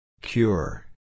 Cure